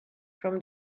from